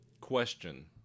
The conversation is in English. Question